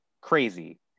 crazy